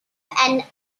and